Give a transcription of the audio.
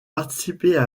participer